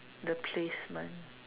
the placement